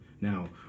Now